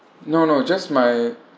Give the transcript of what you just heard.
no no just my